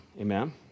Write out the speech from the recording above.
Amen